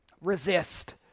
Resist